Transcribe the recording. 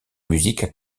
musiques